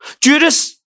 Judas